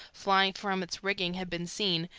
flying from its rigging had been seen,